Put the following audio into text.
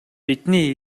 бидний